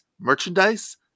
merchandise